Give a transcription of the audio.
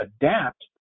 adapt